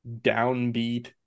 downbeat